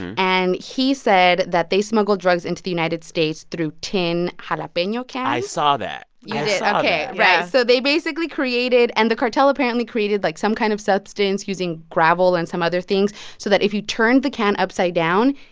and he said that they smuggled drugs into the united states through tin jalapeno cans i saw that yeah you yeah so they basically created and the cartel apparently created, like, some kind of substance using gravel and some other things so that if you turned the can upside down,